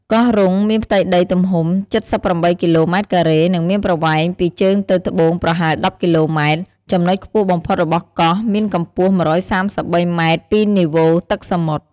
កោះរ៉ុង មានផ្ទៃដីទំហំ ៧៨គីឡូម៉ែត្រការ៉េ និងមានប្រវែងពីជើងទៅត្បូងប្រហែល១០គីឡូម៉ែត្រ។ ចំនុចខ្ពស់បំផុតរបស់កោះមានកំពស់១៣៣ម៉ែត្រពីនីវ៉ូទឹកសមុទ្រ។